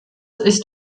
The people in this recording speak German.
ist